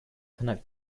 connect